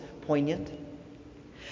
poignant